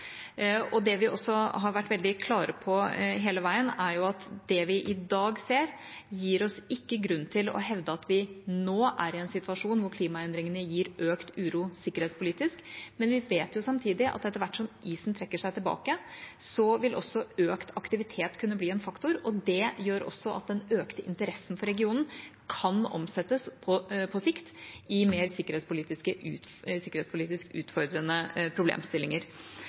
Det vi også har vært veldig klar på hele veien, er at det vi i dag ser, gir oss ikke grunn til å hevde at vi nå er i en situasjon hvor klimaendringene gir økt uro sikkerhetspolitisk, men vi vet samtidig at etter hvert som isen trekker seg tilbake, vil også økt aktivitet kunne bli en faktor. Det gjør også at den økte interessen for regionen kan omsettes og på sikt gi mer sikkerhetspolitiske utfordrende problemstillinger.